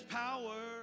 power